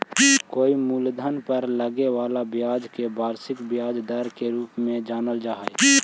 कोई मूलधन पर लगे वाला ब्याज के वार्षिक ब्याज दर के रूप में जानल जा हई